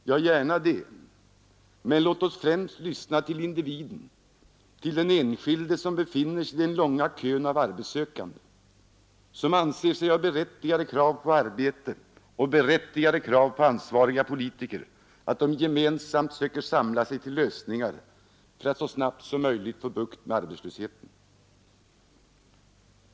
Ja, gärna det, men låt oss främst lyssna till individen, till den enskilde, som befinner sig i den långa kön av arbetssökande, som anser sig ha berättigade krav på arbete och berättigade krav på att ansvariga politiker gemensamt söker samla sig till lösningar för att så snabbt som möjligt få bukt med arbetslösheten.